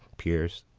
peers.